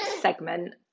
segment